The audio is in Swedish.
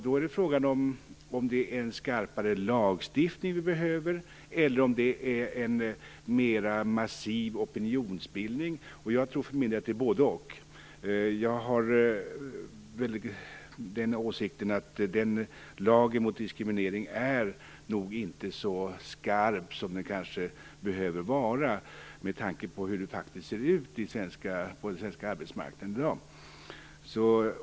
Då är frågan om det är en skarpare lagstiftning vi behöver eller om det är en mera massiv opinionsbildning. Jag för min del tror att det är både-och. Enligt min åsikt är lagen mot diskriminering nog inte så skarp som den kanske behöver vara med tanke på hur det faktiskt ser ut på den svenska arbetsmarknaden.